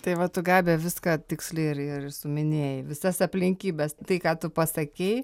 tai va tu gabija viską tiksliai ir ir suminėjai visas aplinkybes tai ką tu pasakei